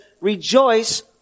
rejoice